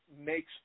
makes